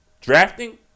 drafting